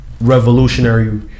revolutionary